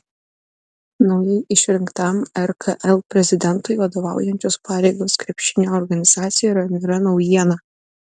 naujai išrinktam rkl prezidentui vadovaujančios pareigos krepšinio organizacijoje nėra naujiena